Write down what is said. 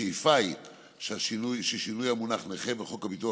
השאיפה היא ששינוי המונח 'נכה' בחוק הביטוח